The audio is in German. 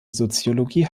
soziologie